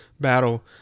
battle